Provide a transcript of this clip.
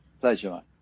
Pleasure